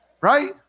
right